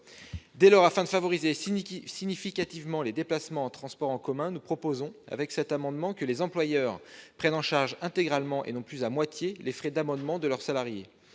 Dès lors, afin de favoriser significativement les déplacements en transports en commun, nous proposons, avec cet amendement, que les employeurs prennent en charge intégralement, et non plus à moitié, les frais d'abonnement de leurs salariés.